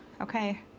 Okay